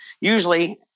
usually